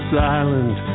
silent